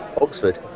Oxford